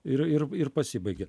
ir ir ir pasibaigia